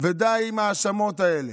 ודי עם ההאשמות האלה.